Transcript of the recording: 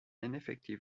ineffective